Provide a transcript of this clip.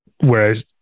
Whereas